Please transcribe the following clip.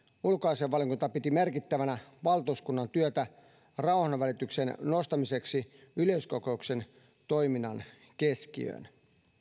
ulkoasiainvaliokunta piti merkittävänä valtuuskunnan työtä rauhanvälityksen nostamiseksi yleiskokouksen toiminnan keskiöön